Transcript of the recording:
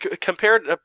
compared